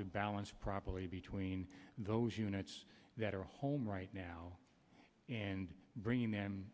to balance probably between those units that are home right now and bringing them